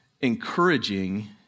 encouraging